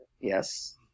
yes